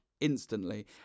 instantly